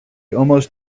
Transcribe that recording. almost